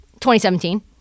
2017